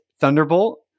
Thunderbolt